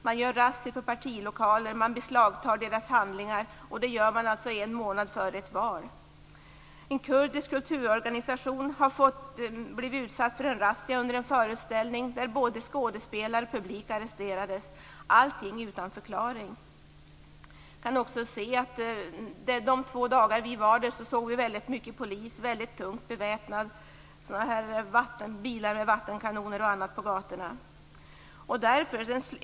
Man gör razzior i partilokaler, man beslagtar deras handlingar. Och det gör man alltså en månad före ett val. En kurdisk kulturorganisation har blivit utsatt för en razzia under en föreställning där både skådespelare och publik arresterades, allting utan förklaring. Under de två dagar vi var där såg vi mycket tungt beväpnad polis och bilar med vattenkanoner och annat på gatorna.